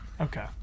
Okay